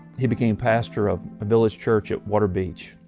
he became pastor of a village church at waterbeach.